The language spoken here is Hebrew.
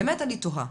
באמת, אני תוהה